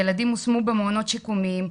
ילדים הושמו במעונות שיקומיים,